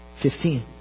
Fifteen